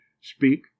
Speak